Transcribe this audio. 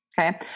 okay